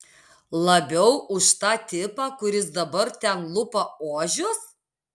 labiau už tą tipą kuris dabar ten lupa ožius